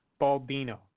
Baldino